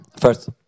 First